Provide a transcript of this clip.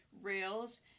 rails